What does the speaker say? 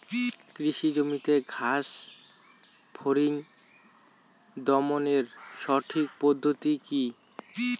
কৃষি জমিতে ঘাস ফরিঙ দমনের সঠিক পদ্ধতি কি?